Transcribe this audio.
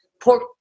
Pork